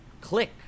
click